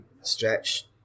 stretch